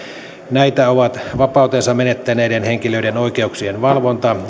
näitä ovat vapautensa menettäneiden henkilöiden oikeuksien valvonta